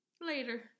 Later